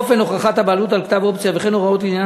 אופן הוכחת הבעלות על כתב אופציה וכן הוראות לעניין